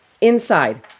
Inside